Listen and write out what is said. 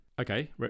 Okay